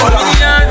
million